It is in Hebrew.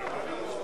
מוזס,